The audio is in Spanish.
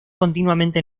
continuamente